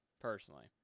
personally